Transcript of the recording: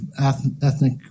ethnic